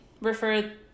refer